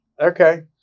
Okay